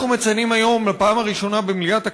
אנחנו מציינים היום, בפעם הראשונה במליאת הכנסת,